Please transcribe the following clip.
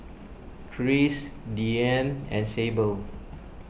Kris Deeann and Sable